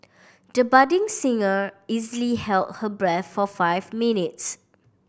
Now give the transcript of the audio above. the budding singer easily held her breath for five minutes